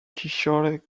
kishore